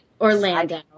Orlando